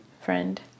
friend